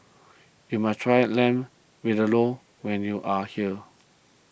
you must try Lamb Vindaloo when you are here